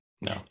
no